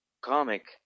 comic